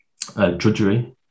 drudgery